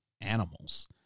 animals